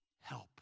help